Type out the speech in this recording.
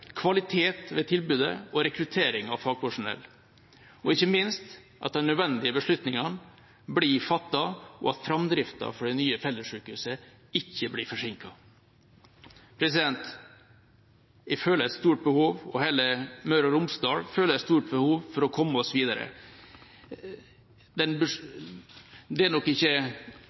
kvalitet ved tilbudet, rekruttering av fagpersonell og ikke minst av at de nødvendige beslutningene blir fattet, og at framdriften for det nye fellessykehuset ikke blir forsinket. Jeg føler et stort behov – og hele Møre og Romsdal føler et stort behov – for å komme videre. Den